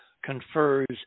confers